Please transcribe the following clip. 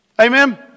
Amen